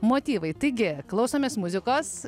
motyvai taigi klausomės muzikos